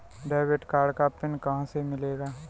Debit card का PIN कहां से मिलेगा?